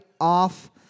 off